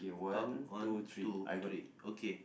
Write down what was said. top one two three okay